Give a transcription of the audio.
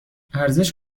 ارزش